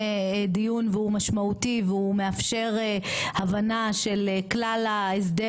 דיון והוא משמעותי והוא מאפשר הבנה של כלל ההסדר,